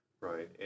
right